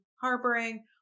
harboring